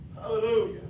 Hallelujah